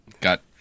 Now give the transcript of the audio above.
got